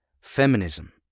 Feminism